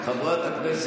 חברת הכנסת